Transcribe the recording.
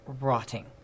rotting